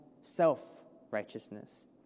self-righteousness